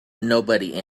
nobody